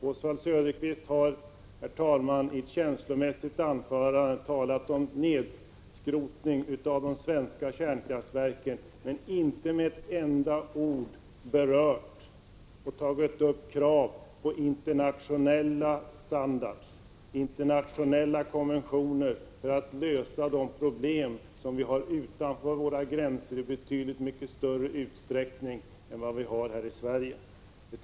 Oswald Söderqvist har talat om nedskrotning av de svenska kärnkraftverken men inte med ett ord berört kraven på internationell standard, internationella konventioner, för att lösa de problem som är betydligt större utanför våra gränser än i Sverige.